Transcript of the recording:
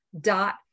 dot